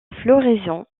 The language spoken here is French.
floraison